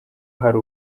hari